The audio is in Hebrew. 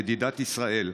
ידידת ישראל.